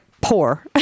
poor